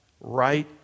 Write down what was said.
right